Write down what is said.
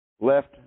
Left